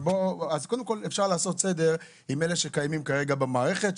אז קודם כל אפשר לעשות סדר עם אלה שקיימים כרגע במערכת,